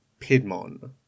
Pidmon